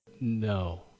No